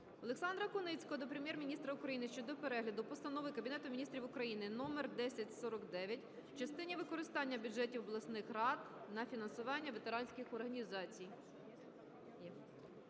Олександра Куницького до Прем'єр-міністра України щодо перегляду Постанови Кабінету Міністрів України № 1049 в частині використання бюджетів обласних рад на фінансування ветеранських організацій.